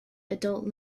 adult